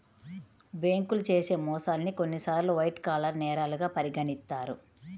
బ్యేంకులు చేసే మోసాల్ని కొన్నిసార్లు వైట్ కాలర్ నేరాలుగా పరిగణిత్తారు